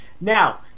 Now